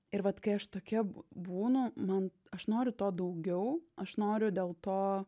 ir vat kai aš tokia būnu man aš noriu to daugiau aš noriu dėl to